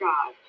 God